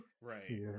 Right